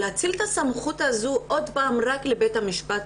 להאציל את הסמכות הזו עוד פעם רק לבית המשפט,